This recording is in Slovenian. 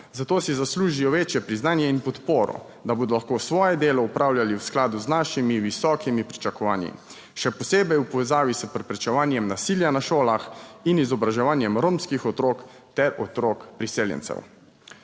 zato si zaslužijo večje priznanje in podporo, da bodo lahko svoje delo opravljali v skladu z našimi visokimi pričakovanji, še posebej v povezavi s preprečevanjem nasilja na šolah in izobraževanjem romskih otrok ter otrok priseljencev.